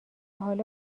حالا